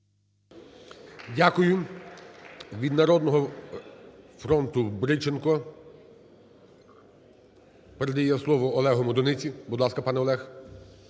Дякую. Від "Народного фронту" Бриченко передає слово Олегу Медуниці. Будь ласка, пане Олег.